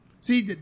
See